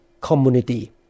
community